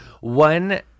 one